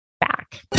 back